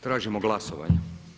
Tražimo glasovanje.